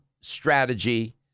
strategy